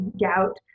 gout